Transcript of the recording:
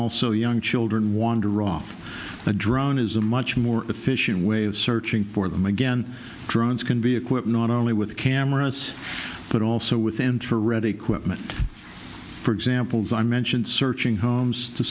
also young children wander off a drone is a much more efficient way of searching for them again drones can be equipped not only with cameras but also with enter ready quitman for examples i mentioned searching homes to